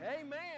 Amen